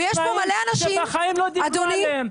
שבחיים לא דיברו עליהם.